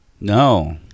No